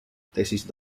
tesis